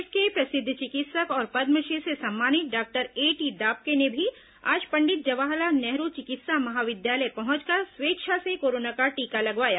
प्रदेश के प्रसिद्ध चिकित्सक और पद्मश्री से सम्मानित डॉक्टर एटी दाबके ने भी आज पंडित जवाहरलाल नेहरू चिकित्सा महाविद्यालय पहुंचकर स्वेच्छा से कोरोना का टीका लगवाया